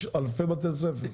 יש אלפי בתי ספר.